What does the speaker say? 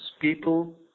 people